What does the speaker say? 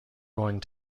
going